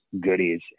goodies